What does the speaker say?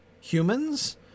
humans